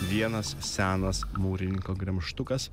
vienas senas mūrininko gremžtukas